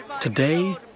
Today